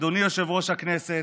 אדוני יושב-ראש הכנסת,